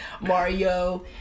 Mario